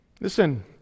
Listen